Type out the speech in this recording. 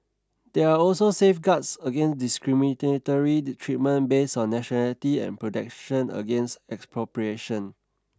there are also safeguards against discriminatory treatment based on nationality and protection against expropriation